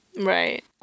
Right